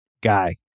guy